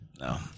No